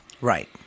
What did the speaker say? Right